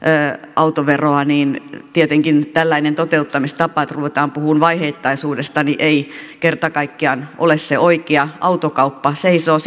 autoveroa niin tietenkään tällainen toteuttamistapa että ruvetaan puhumaan vaiheittaisuudesta ei kerta kaikkiaan ole se oikea autokauppa seisoo